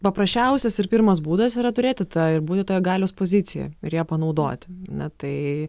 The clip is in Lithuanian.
paprasčiausias ir pirmas būdas yra turėti tą ir būti toje galios pozicijoj ir ją panaudoti ne tai